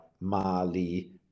Mali